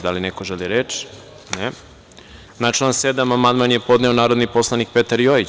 Da li neko želi reč? (Ne.) Na član 7. amandman je podneo narodni poslanik Petar Jojić.